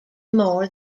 more